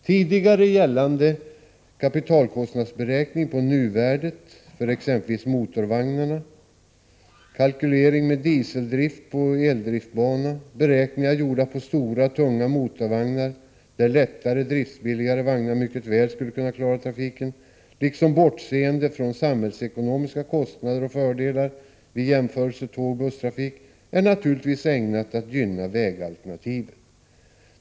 Tidigare gällande kapitalkostnadsberäkning på nuvärdet för exempelvis motorvagnarna, kalkylering med dieseldrift på eldriftbana, beräkningar gjorda på stora tunga motorvagnar där lättare och driftsbilligare vagnar mycket väl skulle kunna klara trafiken, liksom bortseende från samhällsekonomiska kostnader och fördelar vid jämförelse tåg/busstrafik är naturligtvis ägnade att gynna vägalternativet.